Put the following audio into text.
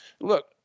Look